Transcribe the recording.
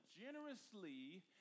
generously